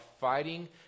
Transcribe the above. fighting